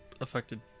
affected